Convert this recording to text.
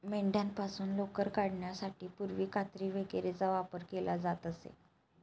मेंढ्यांपासून लोकर काढण्यासाठी पूर्वी कात्री वगैरेचा वापर केला जात असे